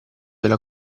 della